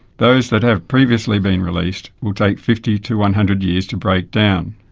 those that have previously been released will take fifty to one hundred years to break down.